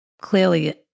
clearly